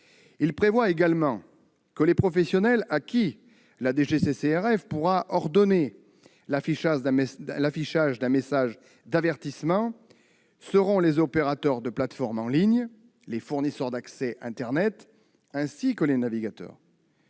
à prévoir que les professionnels auxquels la DGCCRF pourra ordonner l'affichage d'un message d'avertissement seront les opérateurs de plateformes en ligne, les fournisseurs d'accès à internet, ainsi que les navigateurs.